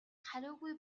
хариугүй